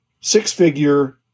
six-figure